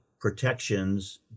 protections